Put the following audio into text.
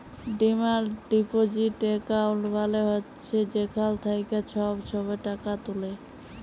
demand deposit account মালে হছে যেখাল থ্যাইকে ছব ছময় টাকা তুলে